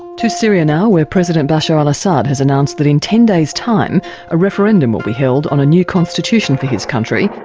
to syria now, where president bashar al-assad has announced that in ten days time a referendum will be held on a new constitution for his country.